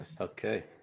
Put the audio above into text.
Okay